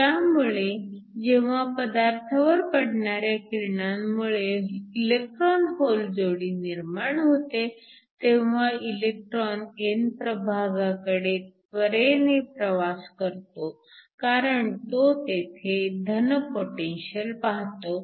त्यामुळे जेव्हा पदार्थावर पडणाऱ्या किरणांमुळे इलेक्ट्रॉन होल जोडी निर्माण होते तेव्हा इलेक्ट्रॉन n प्रभागाकडे त्वरेने प्रवास करतो कारण तो तेथे धन पोटेन्शिअल पाहतो